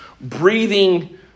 breathing